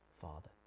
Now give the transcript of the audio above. Father